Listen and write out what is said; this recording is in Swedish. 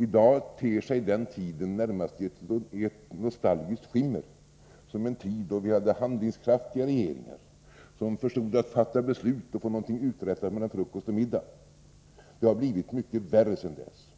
I dag ter sig den tiden närmast i ett nostalgiskt skimmer, som en tid då vi hade handlingskraftiga regeringar som förstod att fatta beslut och fick någonting uträttat mellan frukost och middag. Det har blivit mycket värre sedan dess.